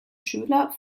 schüler